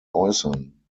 äußern